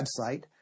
website